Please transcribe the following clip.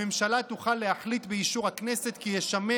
הממשלה תוכל להחליט באישור הכנסת כי ישמש